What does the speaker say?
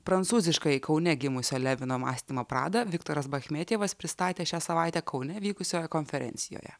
prancūziškai kaune gimusio levino mąstymo pradą viktoras bachmetjevas pristatė šią savaitę kaune vykusioje konferencijoje